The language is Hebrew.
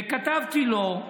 וכתבתי לו,